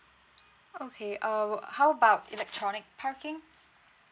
okay uh how about electronic parking